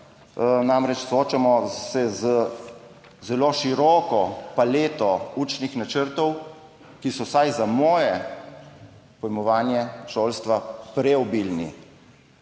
namreč, soočamo se z zelo široko paleto učnih načrtov, ki so vsaj za moje pojmovanje šolstva preobilni.